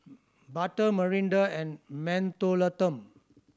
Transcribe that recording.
Bata Mirinda and Mentholatum